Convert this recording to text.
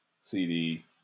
CD –